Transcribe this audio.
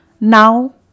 now